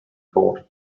court